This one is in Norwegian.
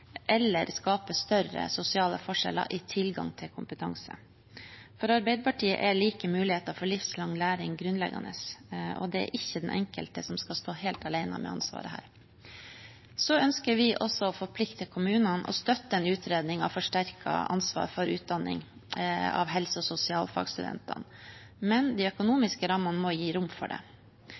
eller skape større sosiale forskjeller i tilgang til kompetanse. For Arbeiderpartiet er like muligheter for livslang læring grunnleggende. Og det er ikke den enkelte som skal stå helt alene med ansvaret her. Vi ønsker også å forplikte kommunene, og støtter en utredning av forsterket ansvar for utdanning av helse- og sosialfagsstudentene. Men de økonomiske rammene må gi rom for det.